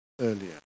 earlier